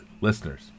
listeners